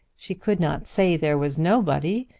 she could not say there was nobody.